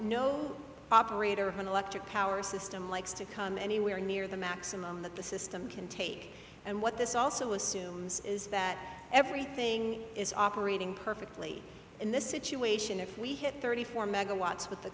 no operator of an electric power system likes to come anywhere near the maximum that the system can take and what this also assumes is that everything is operating perfectly in this situation if we hit thirty four megawatts with the